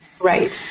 Right